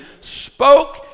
spoke